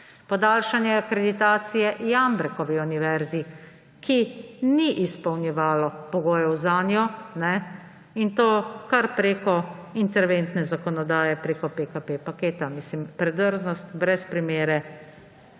podaljšanje akreditacije Jambrekovi univerzi, ki ni izpolnjevala pogojev zanjo, in to kar preko interventne zakonodaje, preko PKP paketa. Mislim, predrznost brez primere,